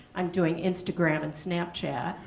i'm doing instagram and snapchat.